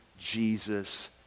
Jesus